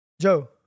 Joe